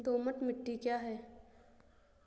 दोमट मिट्टी क्या है?